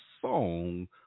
song